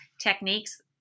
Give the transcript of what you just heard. techniques